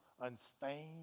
unstained